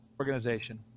organization